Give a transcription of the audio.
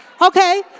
okay